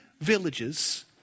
villages